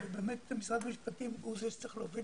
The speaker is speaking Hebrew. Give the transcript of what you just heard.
באמת משרד המשפטים הוא זה שצריך להוביל